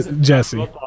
Jesse